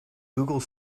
google